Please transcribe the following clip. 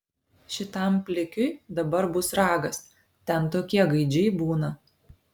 šitam plikiui dabar bus ragas ten tokie gaidžiai būna